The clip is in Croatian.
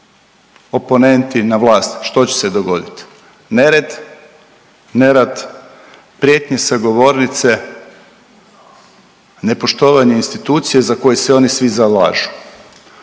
oponenti na vlast što će se dogoditi. Nered, nerad, prijetnje sa govornice, nepoštovanje institucije za koju se oni svi zalažu